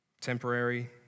temporary